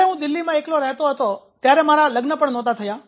જ્યારે હું દિલ્હીમાં એકલો રહેતો હતો ત્યારે મારા લગ્ન પણ નહોતા થયા